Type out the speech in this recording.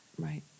Right